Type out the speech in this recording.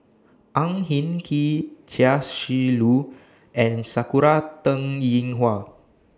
Ang Hin Kee Chia Shi Lu and Sakura Teng Ying Hua